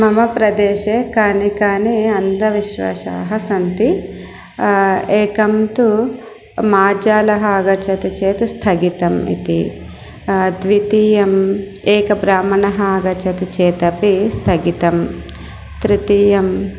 मम प्रदेशे कानि कानि अन्धविश्वासाः सन्ति एकं तु मार्जालः आगच्छति स्थगितम् इति द्वितीयः एकः ब्राह्मणः आगच्छति चेत् अपि स्थगितं तृतीयम्